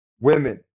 Women